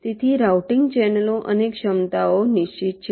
તેથી રાઉટીંગ ચેનલો અને ક્ષમતાઓ નિશ્ચિત છે